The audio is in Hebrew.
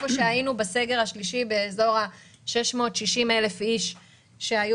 בסגר השלישי היינו באזור 660,000 אנשים שהיו